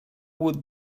would